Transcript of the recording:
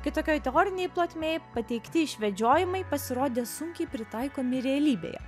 kai tokioj teorinėj plotmėj pateikti išvedžiojimai pasirodė sunkiai pritaikomi realybėje